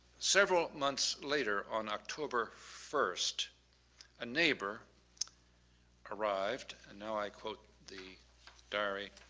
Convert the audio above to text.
several months later on october first a neighbor arrived, and now i quote the diary,